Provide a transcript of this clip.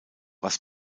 was